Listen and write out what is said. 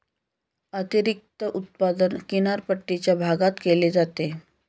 अतिरिक्त उत्पादन किनारपट्टीच्या भागात केले जाते